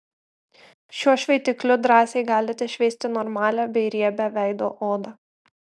šiuo šveitikliu drąsiai galite šveisti normalią bei riebią veido odą